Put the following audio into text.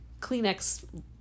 Kleenex